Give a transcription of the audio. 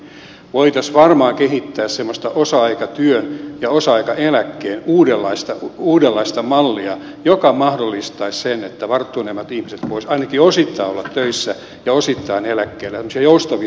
voitaisiin varmaan kehittää semmoista osa aikatyön ja osa aikaeläkkeen uudenlaista mallia joka mahdollistaisi sen että varttuneemmat ihmiset voisivat ainakin osittain olla töissä ja osittain eläkkeellä semmoisia joustavia uusia malleja